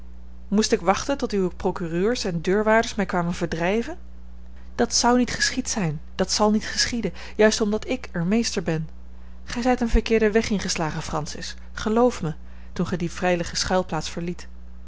moest ik wachten tot uwe procureurs en deurwaarders mij kwamen verdrijven dat zou niet geschied zijn dat zal niet geschieden juist omdat ik er meester ben gij zijt een verkeerden weg ingeslagen francis geloof mij toen gij die veilige schuilplaats verliet